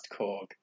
Korg